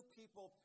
people